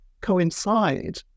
coincide